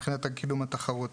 מבחינת קידום התחרות.